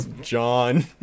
John